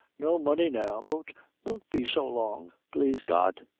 no money now, but won't be so long, plaise god.